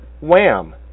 WHAM